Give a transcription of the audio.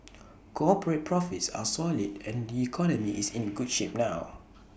cooporate profits are solid and the economy is in good shape now